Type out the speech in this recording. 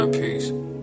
peace